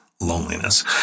loneliness